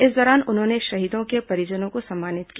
इस दौरान उन्होंने शहीदों के परिजनों को सम्मानित किया